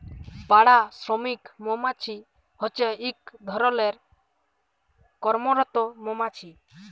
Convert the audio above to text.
পাড়া শ্রমিক মমাছি হছে ইক ধরলের কম্মরত মমাছি